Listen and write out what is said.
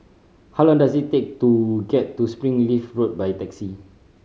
how long does it take to get to Springleaf Road by taxi